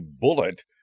bullet